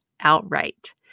outright